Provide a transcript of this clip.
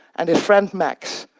and his friend max,